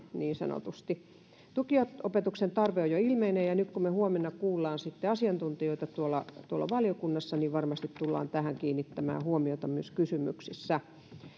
niin sanotusti jälkihoitona tukiopetuksen tarve on jo ilmeinen ja kun me huomenna kuulemme asiantuntijoita tuolla tuolla valiokunnassa varmasti tullaan tähän kiinnittämään huomiota myös kysymyksissä